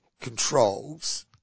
controls